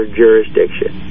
jurisdiction